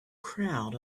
crowd